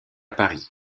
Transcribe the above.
paris